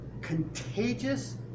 contagious